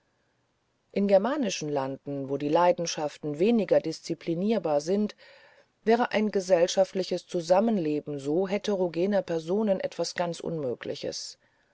in germanischen landen wo die leidenschaften weniger disziplinierbar sind wäre ein gesellschaftliches zusammenleben so heterogener personen etwas ganz unmögliches